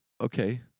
Okay